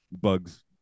bugs